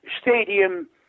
stadium